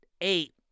eight